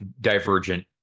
divergent